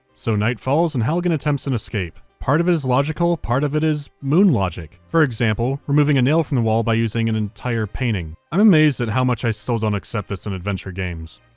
so night falls and halligan attempts an escape. part of it is logical, part of it is, moon logic. for example, removing a nail from the wall by using an entire painting. i'm amazed at how much i still don't accept this in adventure games.